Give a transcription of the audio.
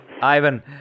ivan